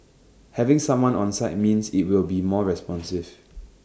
having someone on site means IT will be more responsive